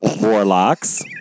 warlocks